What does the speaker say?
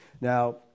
Now